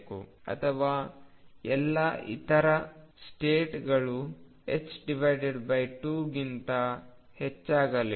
ಅಥವಾ ಎಲ್ಲಾ ಇತರ ಸ್ಟೇಟ್ ಗಳು 2ಗಿಂತ ಹೆಚ್ಚಾಗಲಿವೆ